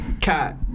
Cat